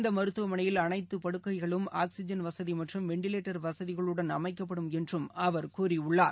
இந்தமருத்துவமனையில் அனைத்துபடுக்கைகளும் ஆக்ஸிஜன் வசதிமற்றும் வெண்டிலேட்டர் வசதிகளுடன் அமைக்கப்படும் என்றுஅவர் கூறியுள்ளார்